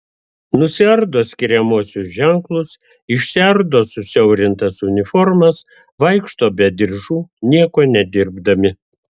nusiardo skiriamuosius ženklus išsiardo susiaurintas uniformas vaikšto be diržų nieko nedirbdami